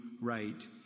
right